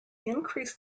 increased